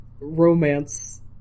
romance